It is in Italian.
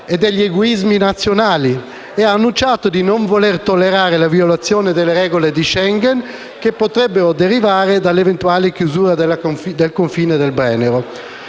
e degli egoismi nazionali. Ha annunciato di non voler tollerare la violazione delle regole di Schengen che potrebbero derivare, in particolare, dall'eventuale chiusura del confine del Brennero.